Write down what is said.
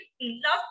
love